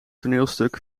toneelstuk